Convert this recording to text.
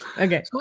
Okay